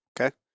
Okay